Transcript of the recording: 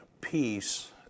peace